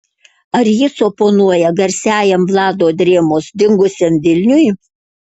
ar jis oponuoja garsiajam vlado drėmos dingusiam vilniui